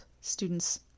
students